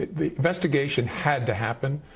the investigation had to happen.